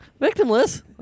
Victimless